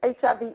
HIV